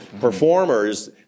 performers